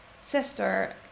sister